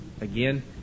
again